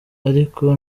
ariko